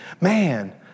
man